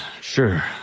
Sure